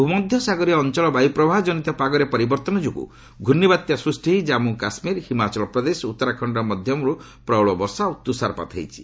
ଭୂମଧ୍ୟ ସାଗରୀୟ ଅଞ୍ଚଳ ବାୟୁପ୍ରବାହ ଜନିତ ପାଗରେ ପରିବର୍ତ୍ତନ ଯୋଗୁଁ ଘ୍ରୁର୍ଷ୍ଣିବାତ୍ୟା ସ୍ଚଷ୍ଟି ହୋଇ ଜାନ୍ମୁ କାଶ୍ମୀର ହିମାଚଳ ପ୍ରଦେଶ ଓ ଉତ୍ତରାଖଣ୍ଡରେ ମଧ୍ୟମରୁ ପ୍ରବଳ ବର୍ଷା ଓ ତୁଷାରପାତ ହୋଇଛି